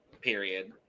Period